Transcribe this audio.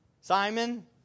Simon